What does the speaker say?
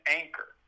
anchor